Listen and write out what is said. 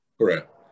Correct